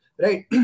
Right